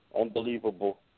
unbelievable